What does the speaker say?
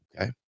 okay